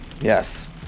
Yes